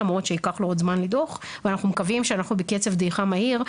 למרות שייקח לו עוד זמן לדעוך ואנחנו מקווים שאנחנו בקצב דעיכה מהיר,